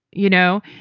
you know,